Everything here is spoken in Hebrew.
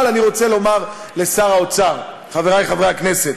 אבל אני רוצה לומר לשר האוצר, חברי חברי הכנסת,